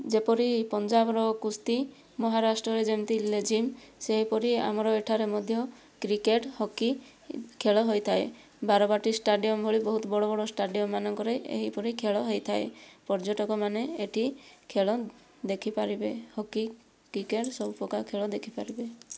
ଯେପରି ପଞ୍ଜାବର କୁସ୍ତି ମହାରାଷ୍ଟ୍ରରେ ଯେମିତି ଲେଜିମ୍ ସେହିପରି ଆମର ଏଠାରେ ମଧ୍ୟ କ୍ରିକେଟ୍ ହକି ଖେଳ ହୋଇଥାଏ ବାରବାଟି ଷ୍ଟାଡିୟମ୍ ଭଳି ବହୁତ ବଡ଼ ବଡ଼ ଷ୍ଟାଡିୟମ୍ମାନଙ୍କରେ ଏହିପରି ଖେଳ ହେଇଥାଏ ପର୍ଯ୍ୟଟକମାନେ ଏଠି ଖେଳ ଦେଖିପାରିବେ ହକି କ୍ରିକେଟ୍ ସବୁ ପ୍ରକାର ଖେଳ ଦେଖିପାରିବେ